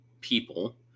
people